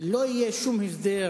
לא יהיה שום הסדר